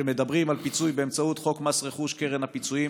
שמדברים על פיצוי באמצעות חוק מס רכוש וקרן הפיצויים,